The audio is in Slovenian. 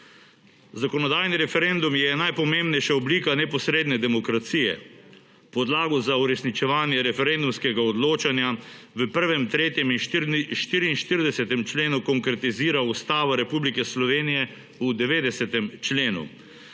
Zakonodajni referendum je najpomembnejša oblika neposredne demokracije. Podlago za uresničevanje referendumskega odločanja v 1., 3. in 44. členu konkretizira Ustavo Republike Slovenije v 90. členu.